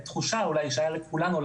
לתחושה שאולי הייתה לכולנו,